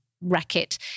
racket